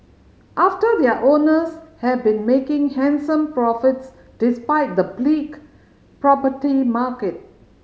after their owners have been making handsome profits despite the bleak property market